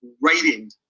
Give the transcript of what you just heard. writing